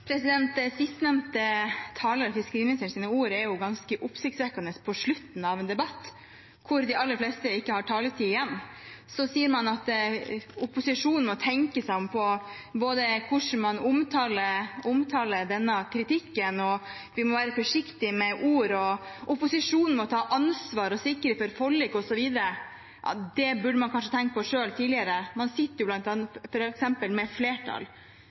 taletid igjen, sier man at opposisjonen må tenke seg om når det gjelder både hvordan man omtaler denne kritikken, at vi må være forsiktige med ord, og at opposisjonen må ta ansvar og sikre forlik osv. Det burde man kanskje selv tenkt på tidligere. Man sitter jo f.eks. med flertall.